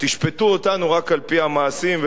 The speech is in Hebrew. תשפטו אותנו רק על-פי המעשים,